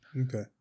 Okay